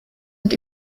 und